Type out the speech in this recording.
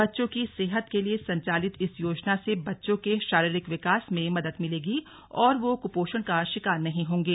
बच्चों की सेहत के लिए संचालित इस योजना से बच्चों के शारीरिक विकास में मदद मिलेगी और वे कुपोषण का शिकार नहीं होंगे